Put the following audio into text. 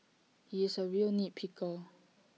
he is A real nit picker